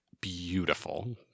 beautiful